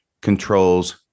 controls